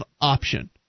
option